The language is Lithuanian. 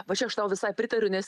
va čia aš tau visai pritariu nes